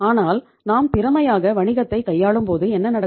ஆனால் நாம் திறமையாக வணிகத்தை கையாளும்போது என்ன நடக்கும்